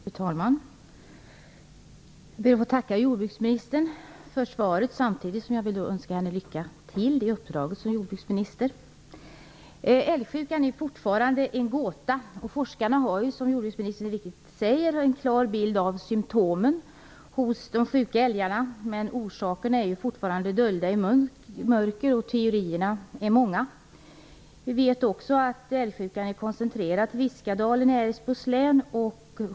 Fru talman! Jag ber att få tacka jordbruksministern för svaret. Samtidigt vill jag önska henne lycka till i uppdraget som jordbruksminister. Älgsjukan är fortfarande en gåta. Forskarna har ju - som jordbruksministern säger - en klar bild av symtomen hos de sjuka älgarna, men orsakerna är fortfarande dolda i mörkret, och teorierna är många. Vi vet också att älgsjukan är koncentrerad till Viskadalen i Älvsborgs län.